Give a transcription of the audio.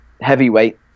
heavyweight